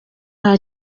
nta